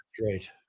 Great